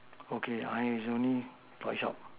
okay I only workshop